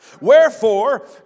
Wherefore